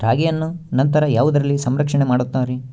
ರಾಗಿಯನ್ನು ನಂತರ ಯಾವುದರಲ್ಲಿ ಸಂರಕ್ಷಣೆ ಮಾಡುತ್ತಾರೆ?